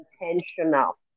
intentional